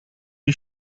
you